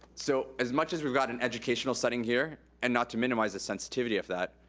so as much as we've got an educational setting here, and not to minimize the sensitivity of that,